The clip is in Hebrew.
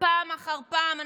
פעם אחר פעם.